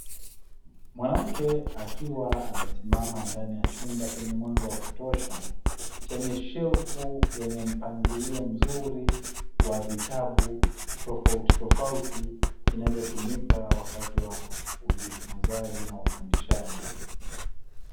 Mwanamke akiwa amesimama ndani ya chumba chenye mwanga wa kutosha chenye shelfu yenye mpangilio mzuri wa vitabu tofautitofauti vinavyotumika wakati wa ujifunzaji na ufundishaji.